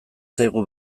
zaigu